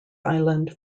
island